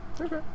Okay